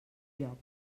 lloc